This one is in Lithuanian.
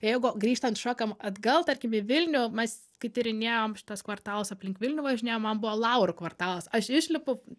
jeigu grįžtan šokam atgal tarkim į vilnių mes kai tyrinėjom šituos kvartalus aplink vilnių važinėjom man buvo laurų kvartalas aš išlipu